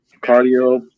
Cardio